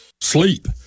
Sleep